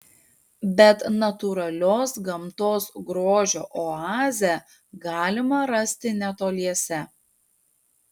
bet natūralios gamtos grožio oazę galima rasti netoliese